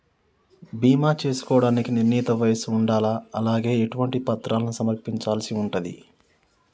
బీమా చేసుకోవడానికి నిర్ణీత వయస్సు ఉండాలా? అలాగే ఎటువంటి పత్రాలను సమర్పించాల్సి ఉంటది?